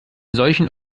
solchen